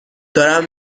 دارم